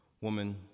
Woman